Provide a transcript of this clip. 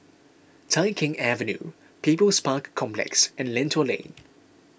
Tai Keng Avenue People's Park Complex and Lentor Lane